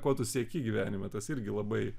ko tu sieki gyvenime tas irgi labai